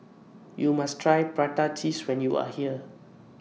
YOU must Try Prata Cheese when YOU Are here